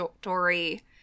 story